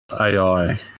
AI